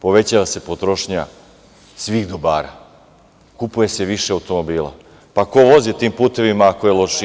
Povećava se potrošnja svih dobara, kupuje se više automobila, pa ko vozi tim putevima ako je lošije?